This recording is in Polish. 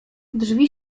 drzwi